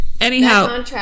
Anyhow